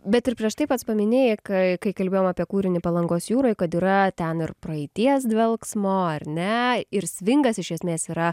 bet ir prieš tai pats paminėjai kai kai kalbėjom apie kūrinį palangos jūroj kad yra ten ir praeities dvelksmo ar ne ir svingas iš esmės yra